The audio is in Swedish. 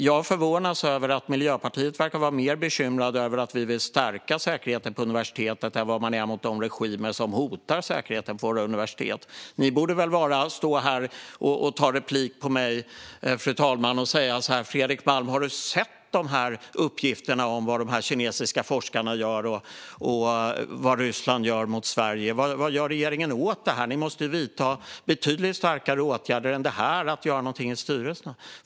Jag förvånas över att Miljöpartiet verkar vara mer bekymrat över att vi vill stärka säkerheten på universiteten än över de regimer som hotar säkerheten på våra universitet. Ni borde väl stå här och ta replik på mig och säga: Fredrik Malm, har du sett uppgifterna om vad de kinesiska forskarna gör och vad Ryssland gör mot Sverige? Vad gör regeringen åt detta - ni måste väl vidta betydligt starkare åtgärder än bara detta med styrelserna?